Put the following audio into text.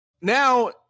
now